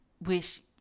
wish